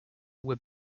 were